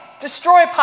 destroy